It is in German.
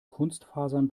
kunstfasern